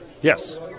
Yes